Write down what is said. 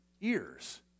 ears